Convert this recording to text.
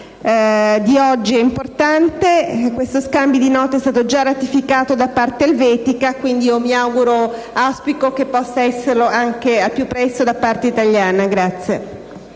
di oggi è importante. Questo Scambio di note è stato già ratificato da parte elvetica. Quindi, mi auspico che possa esserlo anche al più presto da parte italiana.